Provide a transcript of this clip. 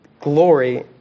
Glory